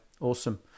awesome